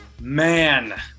Man